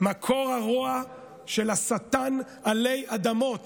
מקור הרוע של השטן עלי אדמות